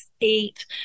eight